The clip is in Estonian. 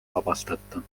vabastata